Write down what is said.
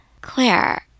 Claire